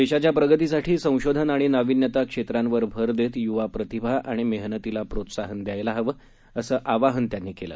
देशाच्या प्रगतीसाठी संशोधन आणि नावीन्यता क्षेत्रांवर भर देत युवा प्रतिभा आणि मेहनतीला प्रोत्साहन द्यायला हवं असं आवाहन त्यांनी केलं